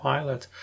Pilot